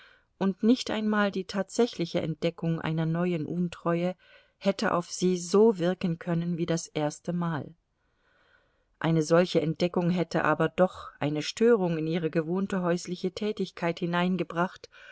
und nicht einmal die tatsächliche entdeckung einer neuen untreue hätte auf sie so wirken können wie das erste mal eine solche entdeckung hätte aber doch eine störung in ihre gewohnte häusliche tätigkeit hineingebracht